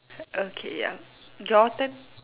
okay ya your turn